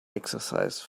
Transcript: exercise